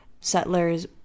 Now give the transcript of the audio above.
settlers